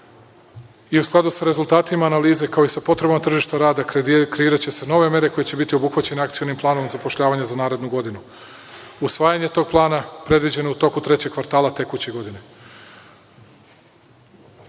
i u skladu sa rezultatima analize kao i sa potrebama tržišta rada kreiraće se nove mere koje će biti obuhvaćene Akcionim planom za zapošljavanje za narednu godinu. Usvajanje tog plana predviđeno je u toku trećeg kvartala tekuće godine. Stopa